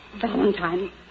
Valentine